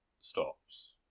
stops